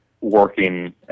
working